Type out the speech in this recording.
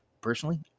Personally